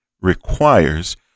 requires